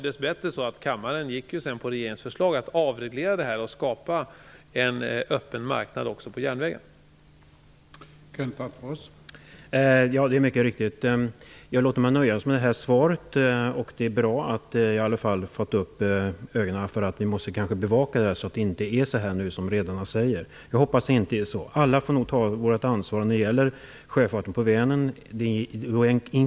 Dess bättre gick ju kammaren på regeringens förslag att avreglera detta och skapa en öppen marknad också på järnvägsområdet.